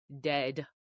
dead